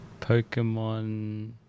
Pokemon